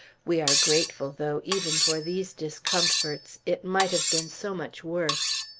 we are grateful, though, even for these discomforts it might have been so much worse!